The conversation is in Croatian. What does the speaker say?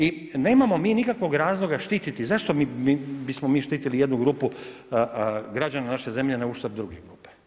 I nemamo mi nikakvog razloga štititi, zašto bi smo mi štitili jednu grupu građana naše zemlje na uštrb druge grupe.